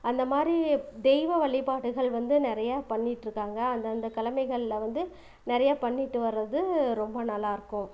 அந்தமாதிரி தெய்வ வழிபாடுகள் வந்து நிறையா பண்ணிகிட்ருக்காங்க அந்தந்த கெழமைகள்ல வந்து நிறையா பண்ணிகிட்டு வரது ரொம்ப நல்லாயிருக்கும்